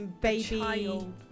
baby